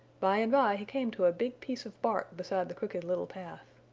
by and by he came to a big piece of bark beside the crooked little path.